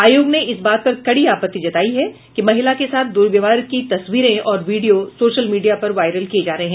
आयोग ने इस बात पर कड़ी आपत्ति जतायी है कि महिला के साथ दुर्व्यवहार की तस्वीरें और वीडियो सोशल मीडिया पर वायरल किये जा रहे हैं